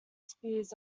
spears